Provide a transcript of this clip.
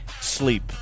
sleep